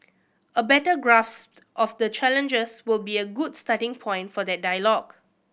a better grasp of the challenges will be a good starting point for that dialogue